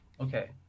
okay